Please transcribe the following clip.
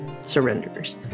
surrenders